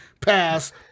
Pass